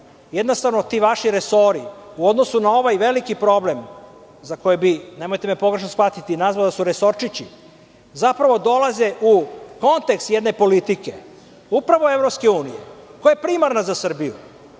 Jednostavno, ti vaši resori, u odnosu na ovaj veliki problem, za koji bi, nemojte me pogrešno shvatiti, nazvao da su resorčići, zapravo dolaze u kontekst jedne politike upravo EU, koja je primarna za Srbiju.